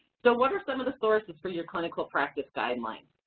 so what are some of the sources for your clinical practice guidelines?